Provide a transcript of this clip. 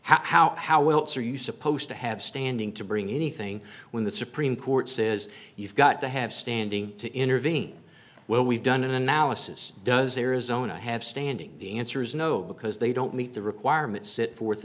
how how else are you supposed to have standing to bring anything when the supreme court says you've got to have standing to intervene well we've done an analysis does arizona have standing the answer is no because they don't meet the requirements set forth